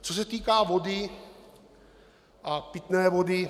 Co se týká vody a pitné vody.